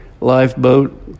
lifeboat